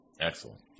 Excellent